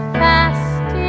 fast